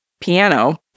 piano